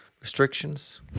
restrictions